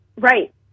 Right